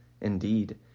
Indeed